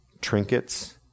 trinkets